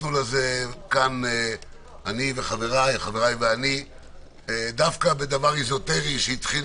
נחשפנו לכאן חבריי ואני בדבר אזוטרי דווקא שהתחיל